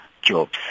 jobs